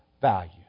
value